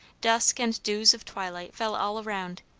dusk and dews of twilight fell all around,